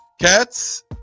Cats